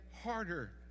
harder